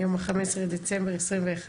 היום ה-15 לדצמבר 21,